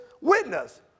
witness